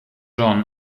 john